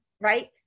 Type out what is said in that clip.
right